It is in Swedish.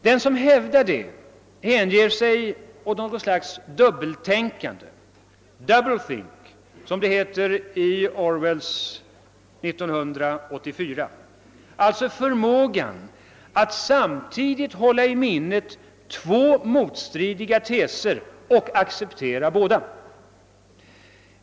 Den som hävdar det hänger sig åt något slags dubbeltänkande, »doublethink», som det heter i George Orwells »1984», »förmågan att samtidigt hålla i minnet två motstridande teser och acceptera båda«.